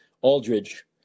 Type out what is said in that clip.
Aldridge